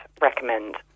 recommend